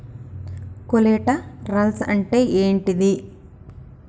Collaterals అంటే ఏంటిది?